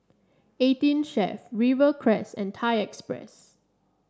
Eighteen Chef Rivercrest and Thai Express